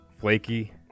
Flaky